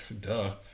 Duh